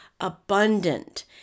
abundant